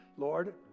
Lord